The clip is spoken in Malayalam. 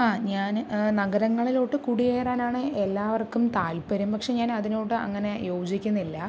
ആ ഞാൻ നഗരങ്ങളിലോട്ട് കുടിയേറാനാണ് എല്ലാവർക്കും താല്പര്യം പക്ഷെ ഞാൻ അതിനോട് അങ്ങനെ യോജിക്കുന്നില്ല